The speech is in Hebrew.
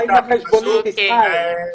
מה עם החשבונית, ישראל?